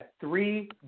three